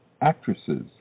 actresses